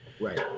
right